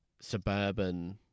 suburban